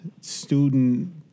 student